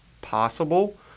possible